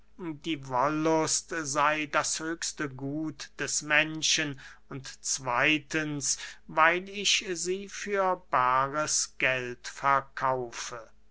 die wollust sey das höchste gut des menschen und zweytens weil ich sie für baares geld verkaufe